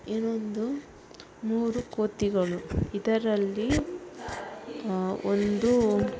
ಇನ್ನೊಂದು ಮೂರು ಕೋತಿಗಳು ಇದರಲ್ಲಿ ಒಂದು